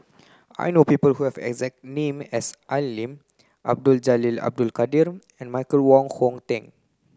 I know people who have exact name as Al Lim Abdul Jalil Abdul Kadir and Michael Wong Hong Teng